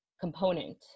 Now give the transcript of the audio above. component